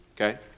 okay